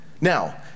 Now